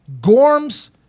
Gorms